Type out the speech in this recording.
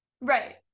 right